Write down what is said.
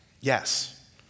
Yes